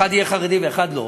אחד יהיה חרדי ואחד לא,